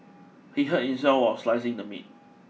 he hurt himself while slicing the meat